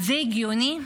זה הגיוני?